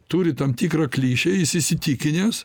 turi tam tikrą klišę jis įsitikinęs